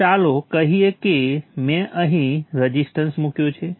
તો ચાલો કહીએ કે મેં અહીં રઝિસ્ટર મૂક્યો છે